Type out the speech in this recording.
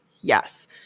Yes